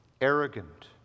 arrogant